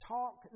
Talk